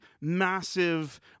massive